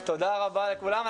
תודה רבה לכולם.